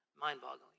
mind-boggling